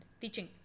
teaching